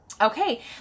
Okay